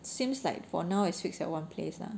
seems like for now is fixed at one place lah